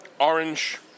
orange